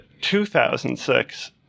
2006